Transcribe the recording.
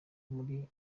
muri